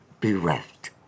bereft